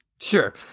Sure